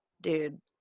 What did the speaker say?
dude